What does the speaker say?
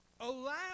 Allow